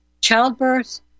Childbirth